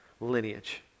lineage